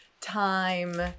time